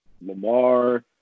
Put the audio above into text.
Lamar